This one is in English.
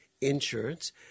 Insurance